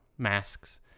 Masks